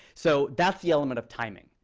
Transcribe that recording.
so that's the element of timing.